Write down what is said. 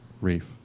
reef